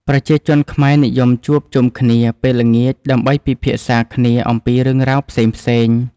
ប្រជាជនខ្មែរនិយមជួបជុំគ្នាពេលល្ងាចដើម្បីពិភាក្សាគ្នាអំពីរឿងរ៉ាវផ្សេងៗ។